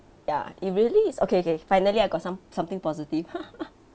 ya it really is okay okay finally I got some something positive